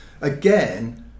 again